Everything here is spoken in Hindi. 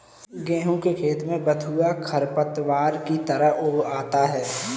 गेहूँ के खेत में बथुआ खरपतवार की तरह उग आता है